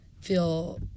feel